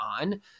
on